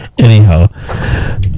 Anyhow